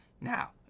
Now